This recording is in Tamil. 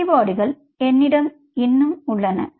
ஆன்டிபாடிகள் என்னிடம் இன்னும் உள்ளன